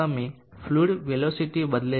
તમે fluid velocity બદલેલ છે